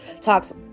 talks